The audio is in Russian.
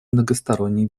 многосторонней